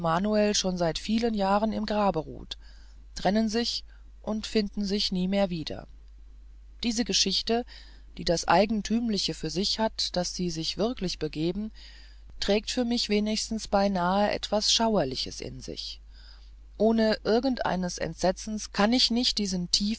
immanuel schon seit vielen jahren im grabe ruht trennen sich und finden sich nie mehr wieder diese geschichte die das eigentümliche für sich hat daß sie sich wirklich begeben trägt für mich wenigstens beinahe etwas schauerliches in sich ohne einiges entsetzen kann ich nicht diesen